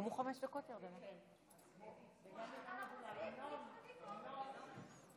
גברתי היושבת-ראש,